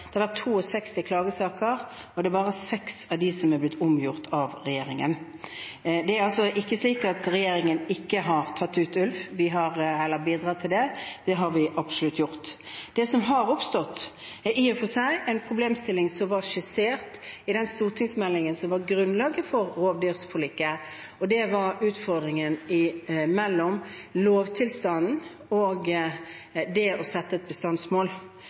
ikke slik at regjeringen ikke har bidratt til å ta ut ulv. Det har vi absolutt gjort. Det som har oppstått, er i og for seg en problemstilling som var skissert i den stortingsmeldingen som var grunnlaget for rovdyrforliket, og det var utfordringen mellom lovtilstanden og det å sette et bestandsmål.